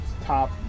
top